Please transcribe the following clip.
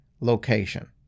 location